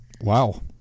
Wow